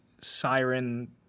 siren